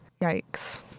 yikes